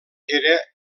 era